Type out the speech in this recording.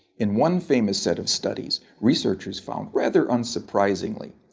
in one famous set of studies researchers found rather unsurprisingly,